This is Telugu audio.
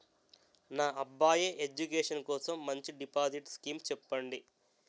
నా అబ్బాయి ఎడ్యుకేషన్ కోసం మంచి డిపాజిట్ స్కీం చెప్పండి